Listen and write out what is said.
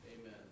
Amen